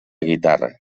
guitarra